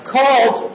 called